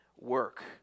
work